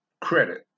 credit